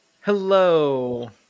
Hello